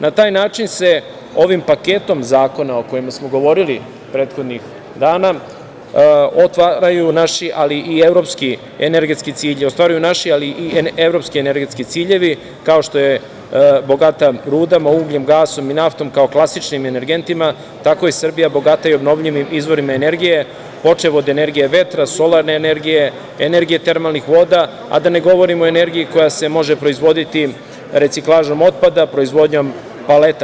Na taj način se ovim paketom zakona o kojima smo govorili prethodnih dana ostvaruju naši, ali i evropski energetski ciljevi kao što je bogata rudama, ugljem, gasom i naftom, kao klasičnim energentima, tako je Srbija bogata i obnovljivim izvorima energije, počev od energije vetra, solarne energije, energije termalnih voda, a da ne govorimo o energiji koja se može proizvoditi otpada, proizvodnjom paleta.